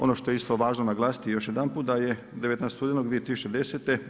Ono što je isto važno naglasiti još jedanput da je 19. studenog 2010.